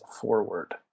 forward